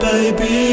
Baby